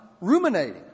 ruminating